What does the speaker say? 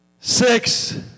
Six